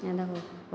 দেখো